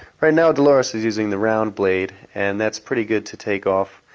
right now, dolores is using the round blade, and that's pretty good to take off